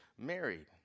married